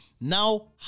Now